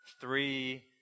three